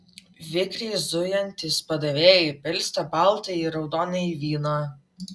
vikriai zujantys padavėjai pilstė baltąjį ir raudonąjį vyną